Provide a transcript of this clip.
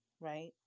right